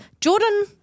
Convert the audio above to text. Jordan